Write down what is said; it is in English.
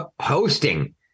hosting